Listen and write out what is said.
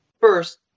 First